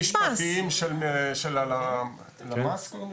ותהליכים משפטיים של הלשכה המרכזית לסטטיסטיקה.